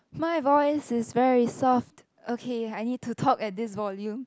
my voice is very soft okay I need to talk at this volume